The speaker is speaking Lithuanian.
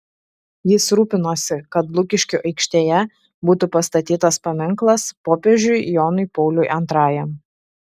jis rūpinosi kad lukiškių aikštėje būtų pastatytas paminklas popiežiui jonui pauliui antrajam